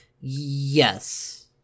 Yes